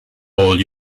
all